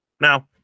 Now